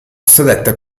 sedette